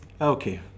Okay